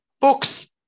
Books